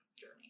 journey